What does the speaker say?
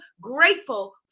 grateful